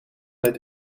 het